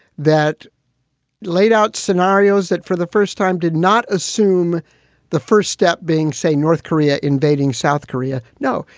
that laid out scenarios that for the first time did not assume the first step being, say, north korea invading south korea. no,